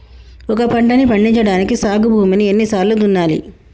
ఒక పంటని పండించడానికి సాగు భూమిని ఎన్ని సార్లు దున్నాలి?